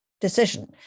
decision